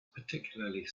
particularly